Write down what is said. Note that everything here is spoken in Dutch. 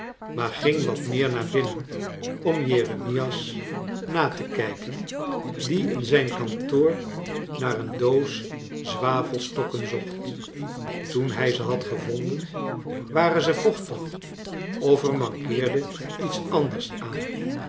maar ging wat meer naar binnen om jeremias na te kijken die in zijn kantoor naar een doos zwavelstokken zocht toen hij ze had gevonden waren ze vochtig of er mankeerde iets andcrs aan